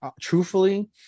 truthfully